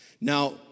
Now